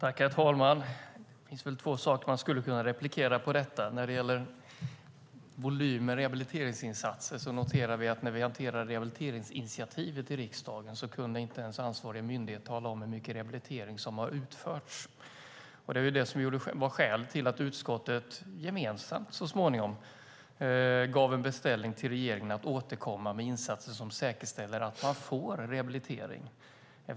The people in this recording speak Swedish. Herr talman! Det finns väl två saker man skulle kunna bemöta på detta. När det gäller volym i rehabiliteringsinsatser noterar vi att när vi hanterade rehabiliteringsinitiativet i riksdagen kunde ansvarig myndighet inte ens tala om hur mycket rehabilitering som hade utförts. Det var väl skälet till att utskottet, gemensamt så småningom, gav en beställning till regeringen att återkomma med insatser som säkerställer att man får rehabilitering.